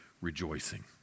rejoicing